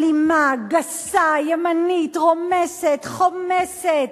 אלימה, גסה, ימנית, רומסת, חומסת,